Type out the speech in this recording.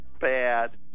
bad